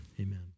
Amen